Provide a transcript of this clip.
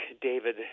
David